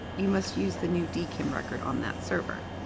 you must use the new dkim record on that server.